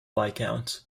viscount